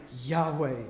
Yahweh